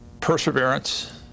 Perseverance